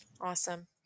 Awesome